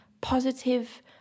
positive